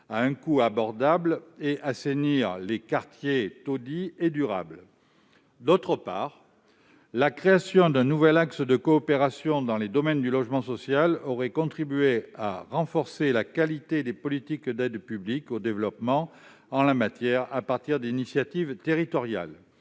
à un coût abordable, et à assainir les quartiers taudis. D'autre part, la création d'un nouvel axe de coopération dans le domaine du logement social aurait contribué à renforcer la qualité des politiques d'APD en la matière, à partir d'initiatives territoriales.